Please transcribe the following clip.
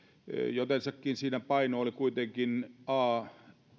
jotensakin siinä paino oli kuitenkin a